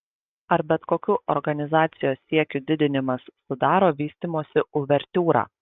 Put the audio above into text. ar bet kokių organizacijos siekių didinimas sudaro vystymosi uvertiūrą